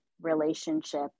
relationship